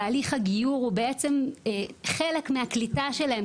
תהליך הגיור הוא בעצם חלק מהקליטה שלהם,